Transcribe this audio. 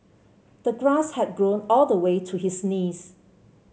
the grass had grown all the way to his knees